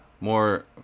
more